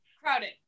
Crowded